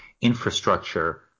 infrastructure